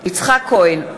יצחק כהן,